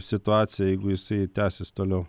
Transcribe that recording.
situaciją jeigu jisai tęsis toliau